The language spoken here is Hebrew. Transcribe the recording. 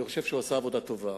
אני חושב שהוא עשה עבודה טובה.